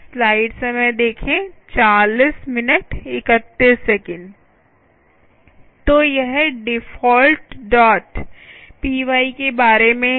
तो यह default dot p y defaultp y के बारे में है